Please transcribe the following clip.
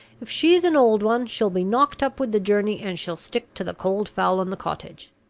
if she's an old one, she'll be knocked up with the journey, and she'll stick to the cold fowl and the cottage.